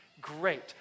great